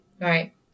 Right